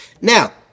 now